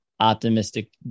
Optimistic